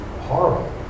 horrible